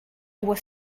was